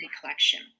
collection